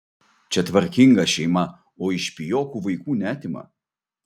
čia tvarkinga šeima o iš pijokų vaikų neatima